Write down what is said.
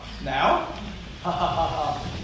Now